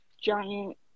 giant